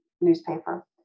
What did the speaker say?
newspaper